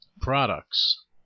products